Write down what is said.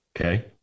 Okay